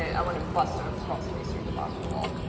i want to bust a crawl space through the bottom of the wall.